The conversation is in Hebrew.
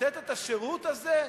לתת את השירות הזה?